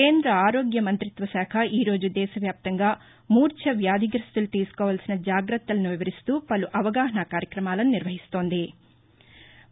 కేంద్ర ఆరోగ్య మంత్రిత్వ శాఖ ఈరోజు దేశ వ్యాప్తంగా మూర్చ వ్యాధిగస్తులు తీసుకోవాల్సిన జాగ్రత్తలను వివరిస్తూ పలు అవగాహనా కార్యక్రమాలను నిర్వహిస్తోంది